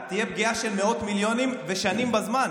תהיה פגיעה של מאות מיליונים ושנים בזמן.